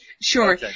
sure